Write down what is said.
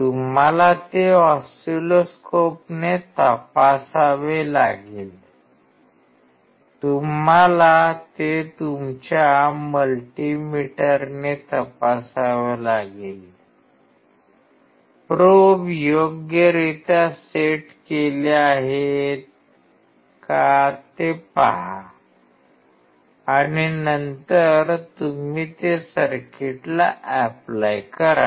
तुम्हाला ते ऑसिलोस्कोपने तपासावे लागेल तुम्हाला ते तुमच्या मल्टीमीटरने तपासावे लागेल प्रोब योग्यरित्या सेट केले आहेत का ते पहा आणि नंतर तुम्ही ते सर्किटला ऎप्लाय करा